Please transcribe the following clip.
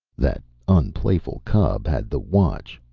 that unplayful cub had the watch.